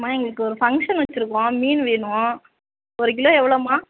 அம்மா எங்களுக்கு ஒரு ஃபங்க்ஷன் வச்சிருக்கோம் மீன் வேணும் ஒரு கிலோ எவ்வளோம்மா